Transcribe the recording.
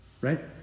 right